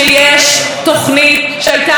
ב-2013 אני מגיעה לפה לכנסת,